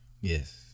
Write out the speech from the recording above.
Yes